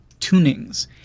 tunings